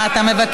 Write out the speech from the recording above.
מה אתה מבקש?